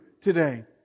today